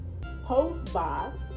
Postbox